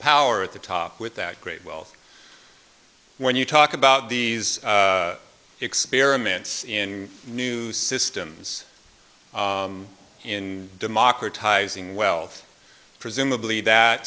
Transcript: power at the top with that great wealth when you talk about these experiments in new systems in democratizing wealth presumably that